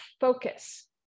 focus